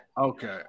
Okay